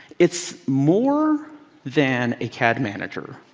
it's more than a cad manager,